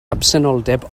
absenoldeb